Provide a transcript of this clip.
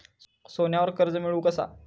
सोन्यावर कर्ज मिळवू कसा?